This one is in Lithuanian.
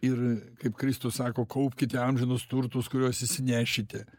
ir kaip kristus sako kaupkite amžinus turtus kuriuos išsinešite